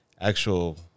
actual